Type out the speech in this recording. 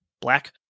black